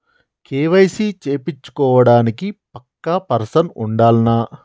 KYC చేపిచ్చుకోవడానికి పక్కా person ఉండాల్నా?